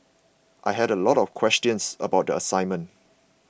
I had a lot of questions about the assignment